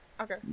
Okay